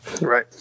Right